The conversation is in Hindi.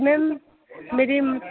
मैम मेरी